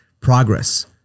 progress